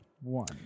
One